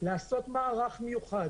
לעשות מערך מיוחד.